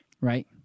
Right